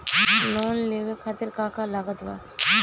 Loan लेवे खातिर का का लागत ब?